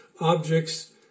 objects